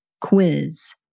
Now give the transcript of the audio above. quiz